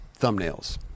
thumbnails